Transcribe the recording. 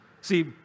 See